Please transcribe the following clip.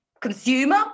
consumer